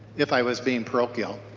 if i was being parochial.